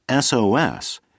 SOS